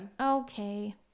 okay